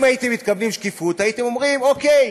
אם הייתם מתכוונים לשקיפות הייתם אומרים: אוקיי,